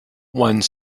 one